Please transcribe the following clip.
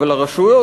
אבל הרשויות,